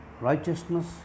Righteousness